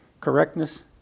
correctness